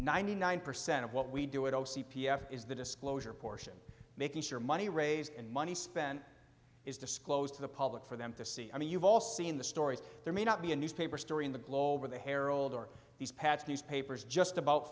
ninety nine percent of what we do it all c p s is the disclosure portion making sure money raised and money spent is disclosed to the public for them to see i mean you've all seen the stories there may not be a newspaper story in the globe or the herald or these past newspapers just about